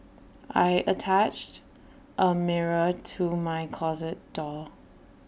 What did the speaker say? I attached A mirror to my closet door